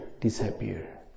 disappear